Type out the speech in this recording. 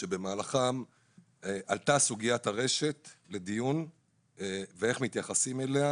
במהלכם עלתה לדיון סוגיית הרשת ואיך מתייחסים אליה.